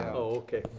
ah okay.